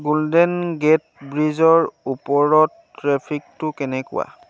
golden Gate ব্ৰিজৰ ওপৰত ট্ৰেফিকটো কেনেকুৱা